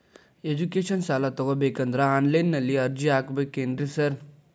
Education ಸಾಲ ತಗಬೇಕಂದ್ರೆ online ನಲ್ಲಿ ಅರ್ಜಿ ಹಾಕ್ಬೇಕೇನ್ರಿ ಸಾರ್?